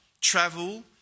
travel